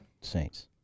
Saints